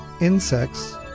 Insects